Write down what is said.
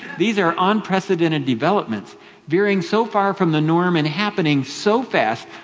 these are unprecedented developments veering so far from the norm and happening so fast.